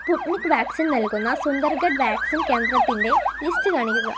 Sputnik vaccine നൽകുന്ന Sundargarh vaccine കേന്ദ്രത്തിൻറെ list കാണിക്കുക